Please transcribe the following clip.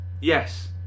Yes